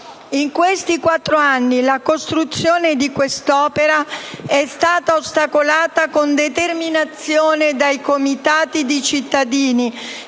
In questi quattro anni la costruzione di quest'opera è stata ostacolata con determinazione dai comitati di cittadini